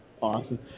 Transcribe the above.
Awesome